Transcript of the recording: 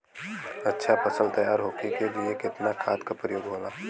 अच्छा फसल तैयार होके के लिए कितना खाद के प्रयोग होला?